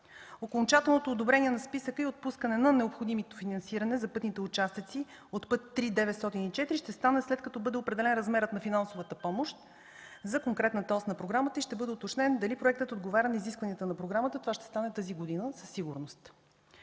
Окончателното одобрение на списъка и отпускане на необходимото финансиране за пътните участъци от път 3-904 ще стане след като бъде определен размерът на финансовата помощ за конкретната ос на програмата и ще бъде уточнено дали проектът отговаря на изискванията на програмата. Това ще стане тази година със сигурност.